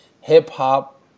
Hip-hop